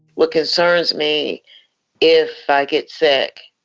what concerns me if i get sick,